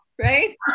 right